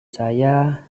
saya